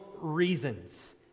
reasons